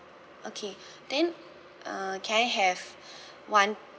okay then uh can I have one